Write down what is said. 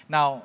Now